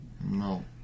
No